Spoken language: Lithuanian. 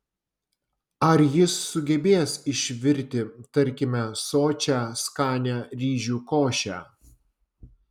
ar jis sugebės išvirti tarkime sočią skanią ryžių košę